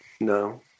no